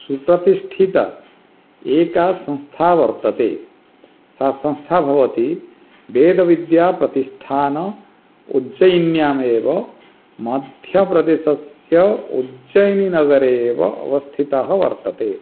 सुप्रतिष्ठिता एका संस्था वर्तते सा संस्था भवति वेदविद्याप्रतिष्ठान उज्जैन्यामेव मध्यप्रदेशस्य उज्जैनी नगरे एव अवस्थिता वर्तते